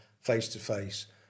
face-to-face